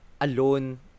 alone